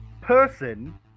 person